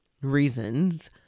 reasons